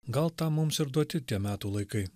gal tam mums ir duoti tie metų laikai